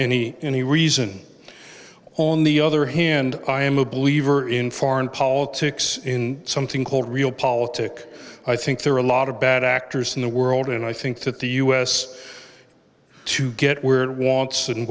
any any reason on the other hand i am a believer in foreign politics in something called real politic i think there are a lot of bad actors in the world and i think that the us to get where it wants and